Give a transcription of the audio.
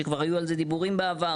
שכבר היו על זה דיבורים בעבר,